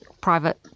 private